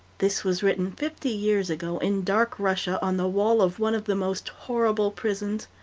this was written fifty years ago in dark russia, on the wall of one of the most horrible prisons.